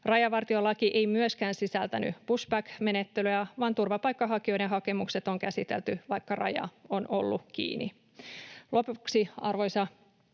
Rajavartiolaki ei myöskään sisältänyt pushback-menettelyä, vaan turvapaikanhakijoiden hakemukset on käsitelty, vaikka raja on ollut kiinni.